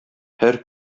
һәр